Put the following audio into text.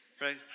right